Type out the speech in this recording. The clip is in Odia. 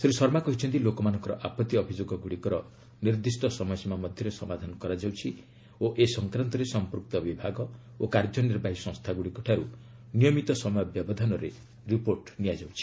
ଶ୍ରୀ ଶର୍ମା କହିଛନ୍ତି' ଲୋକମାନଙ୍କ ଆପଭି ଅଭିଯୋଗଗୁଡିକର ନିର୍ଦ୍ଦିଷ୍ଟ ସମୟସୀମା ମଧ୍ୟରେ ସମାଧାନ କରାଯାଉଛି ଓ ଏ ସଂକ୍ରାନ୍ତରେ ସମ୍ପୃକ୍ତ ବିଭାଗ ଓ କାର୍ଯ୍ୟନିର୍ବାହୀ ସଂସ୍ଥାଗୁଡିକ ଠାରୁ ନିୟମିତ ସମୟ ବ୍ୟବଧାନରେ ରିପୋର୍ଟ ନିଆଯାଉଛି